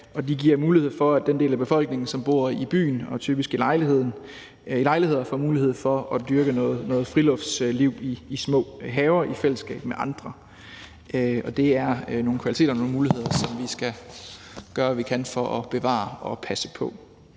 og de giver mulighed for, at den del af befolkningen, som bor i byer og typisk i lejligheder, får mulighed for at dyrke noget friluftsliv i små haver i fællesskab med andre. Det er nogle kvaliteter og nogle muligheder, som vi skal gøre, hvad vi kan, for at bevare og passe på.